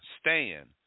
Stand